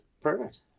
Perfect